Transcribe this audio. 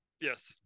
Yes